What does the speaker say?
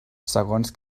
segons